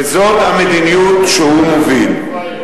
ומה עם, אנחנו לא פראיירים.